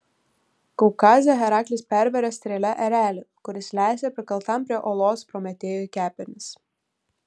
kaukaze heraklis pervėrė strėle erelį kuris lesė prikaltam prie uolos prometėjui kepenis